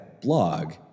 blog